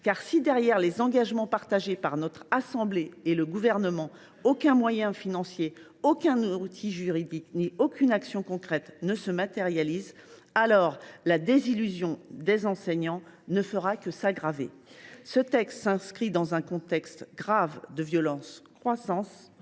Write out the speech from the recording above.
si, derrière les engagements partagés par la Haute Assemblée et le Gouvernement, aucun financement, aucun outil juridique ni aucune action concrète ne se matérialisent, alors la désillusion des enseignants ne fera que croître. Ce texte s’inscrit dans un contexte grave de violence croissante